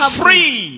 free